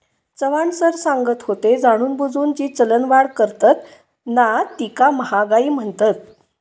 Chavan sir सांगत होते, जाणूनबुजून जी चलनवाढ करतत ना तीका महागाई म्हणतत